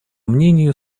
мнению